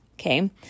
Okay